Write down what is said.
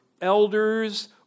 elders